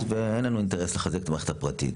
ואין לנו אינטרס לחזק את המערכת הפרטית,